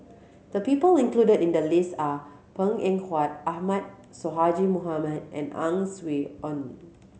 the people included in the list are Png Eng Huat Ahmad Sonhadji Mohamad and Ang Swee Aun